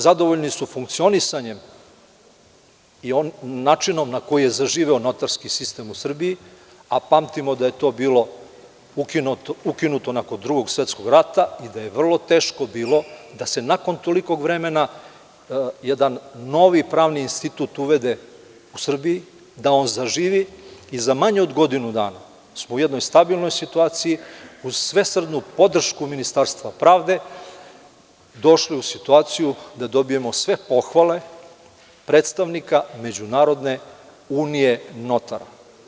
Zadovoljni su funkcionisanjem i načinom na koji je zaživeo notarski sistem u Srbiji, a pamtimo da je to bilo ukinuto nakon Drugog svetskog rata i da je vrlo teško bilo da se nakon tolikog vremena jedan novi pravni institut uvede u Srbiji, da on zaživi i za manje od godinu dana smo u jednoj stabilnoj situaciji, uz svesrdnu podršku Ministarstva pravde, došli u situaciju da dobijemo sve pohvale predstavnika Međunarodne unije notara.